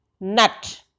nut